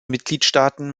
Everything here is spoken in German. mitgliedstaaten